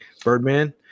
Birdman